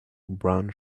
brown